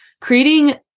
creating